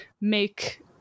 make